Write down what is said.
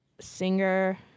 Singer